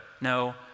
No